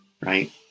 right